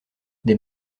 des